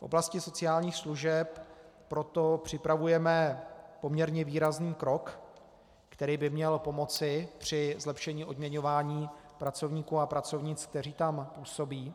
V oblasti sociálních služeb proto připravujeme poměrně výrazný krok, který by měl pomoci při zlepšení odměňování pracovníků a pracovnic, kteří tam působí.